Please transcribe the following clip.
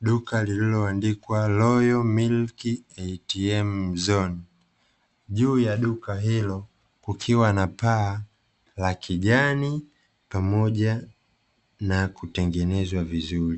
duka lililoandikwa "LOYAL MILK ATM ZONE", juu ya duka hilo kukiwa na paa la kijani, pamoja na kutengenezwa vizuri.